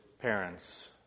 parents